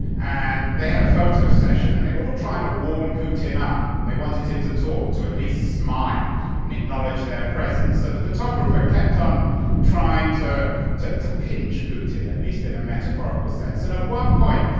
and they had a photo session and they were all trying to warm putin up. they wanted him to talk, to at least smile and acknowledge their presence. so the photographer kept on trying to talk to pinch putin, at least in a metaphorical sense. and at one point,